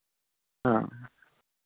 हां